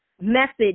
message